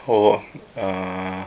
oh uh